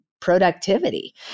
productivity